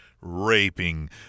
Raping